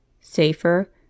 Safer